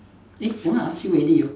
eh that one I ask you already hor